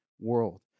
world